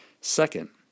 Second